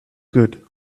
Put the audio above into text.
good